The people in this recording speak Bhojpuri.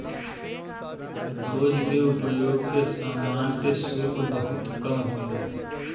रोज के उपयोग के समान पे शुल्क बहुत कम होला